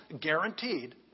guaranteed